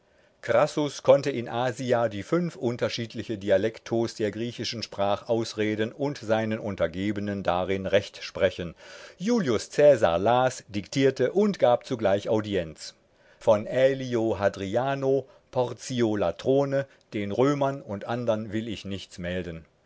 crassus konnte in asia die fünf unterschiedliche dialectos der griechischen sprach ausreden und seinen untergebenen darin recht sprechen julius cäsar las diktierte und gab zugleich audienz von älio hadriano portio latrone den römern und andern will ich nichts melden